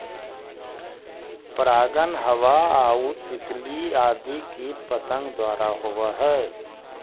परागण हवा आउ तितली आदि कीट पतंग द्वारा होवऽ हइ